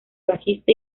bajista